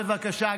בבקשה.